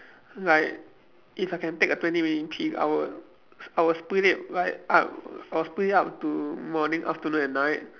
like if I can take a twenty minute peek I would I would split it right up I would split it up to morning afternoon and night